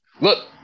Look